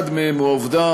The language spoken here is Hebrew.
אחד מהם הוא העובדה